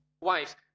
Wives